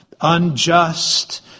unjust